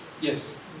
Yes